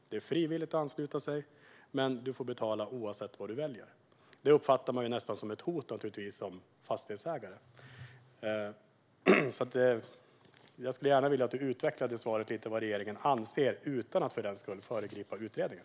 "Det är frivilligt att ansluta sig, men du får betala oavsett vad du väljer." Som fastighetsägare uppfattas det nog nästan som ett hot. Jag ser gärna att statsrådet utvecklar svaret lite om vad regeringen anser - utan att för den skull föregripa utredningen.